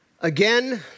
Again